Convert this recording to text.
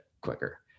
quicker